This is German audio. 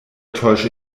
täusche